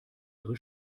ihre